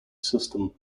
system